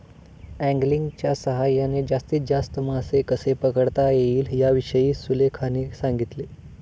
अँगलिंगच्या सहाय्याने जास्तीत जास्त मासे कसे पकडता येतील याविषयी सुलेखाने सांगितले